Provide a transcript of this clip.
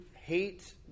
hate